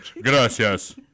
Gracias